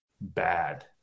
bad